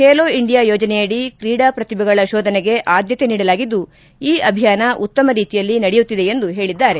ಬೇಲೋ India ಯೋಜನೆಯಡಿ ಕ್ರೀಡಾ ಪ್ರತಿಭೆಗಳ ಶೋಧನೆಗೆ ಆದ್ದತೆ ನೀಡಲಾಗಿದ್ದು ಈ ಅಭಿಯಾನ ಉತ್ತಮ ರೀತಿಯಲ್ಲಿ ನಡೆಯುತ್ತಿದೆ ಎಂದು ಹೇಳಿದ್ದಾರೆ